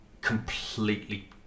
completely